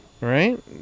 right